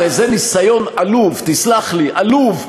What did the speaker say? הרי זה ניסיון עלוב, תסלח לי, עלוב.